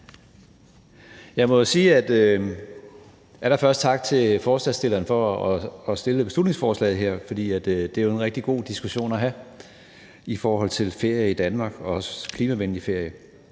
Jeg må jo allerførst sige tak til forslagsstillerne for at fremsætte beslutningsforslaget her, for det er jo en rigtig god diskussion at have i forhold til ferie i Danmark og også klimavenlig ferie.